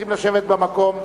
צריכים לשבת במקום.